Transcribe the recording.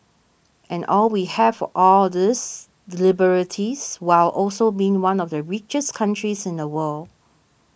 and all we have all of these liberties while also being one of the richest countries in the world